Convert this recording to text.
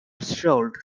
sold